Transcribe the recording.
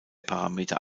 parameter